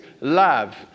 love